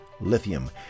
Lithium